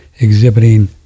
exhibiting